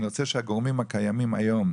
אני רוצה שהגורמים הקיימים היום,